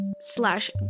slash